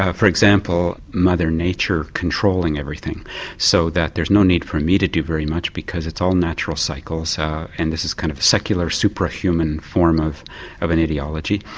ah for example mother nature controlling everything so that there's no need for me to do very much because it's all natural cycles and this is kind of a secular supra-human form of of an ideology.